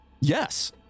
Yes